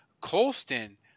Colston